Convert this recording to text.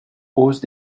hausse